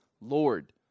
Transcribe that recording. Lord